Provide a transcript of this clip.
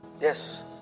Yes